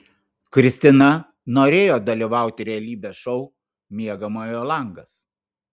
kristina norėjo dalyvauti realybės šou miegamojo langas